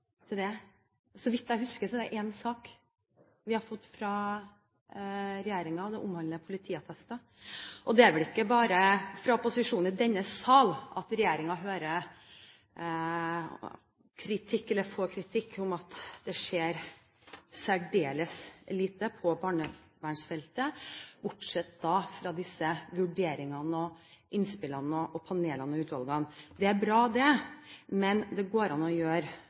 Så vidt jeg husker, er det én sak vi har fått fra regjeringen, og den omhandler politiattester. Det er vel ikke bare fra opposisjonen i denne sal at regjeringen får kritikk for at det skjer særdeles lite på barnevernsfeltet, bortsett fra disse vurderingene og innspillene og panelene og utvalgene. Det er bra det, men det går an å gjøre